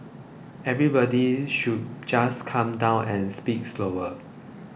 everybody should just calm down and speak slower